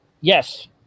Yes